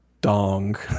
dong